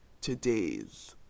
today's